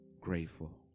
grateful